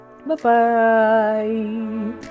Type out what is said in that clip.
Bye-bye